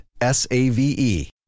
S-A-V-E